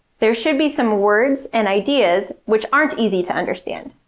there should be some words and ideas which aren't easy to understand.